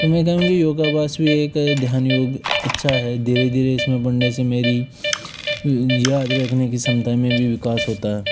तो मैं कहूंगी योगाभ्यास भी एक ध्यान योग अच्छा है धीरे धीरे इसमें पढ़ने से मेरी याद रखने की क्षमता में भी विकास होता है